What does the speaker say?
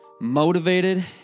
motivated